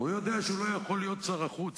הוא יודע שהוא לא יכול להיות שר החוץ,